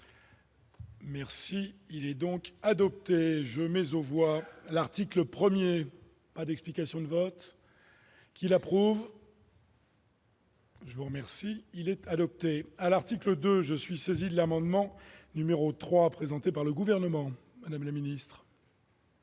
Merci, il est donc adopté mais je mais aux voir l'article 1er pas d'explications de vote. Il approuve. Je vous remercie, il est adopté à l'article 2 je suis saisi de l'amendement numéro 3 présenté par le gouvernement, M. le Ministre.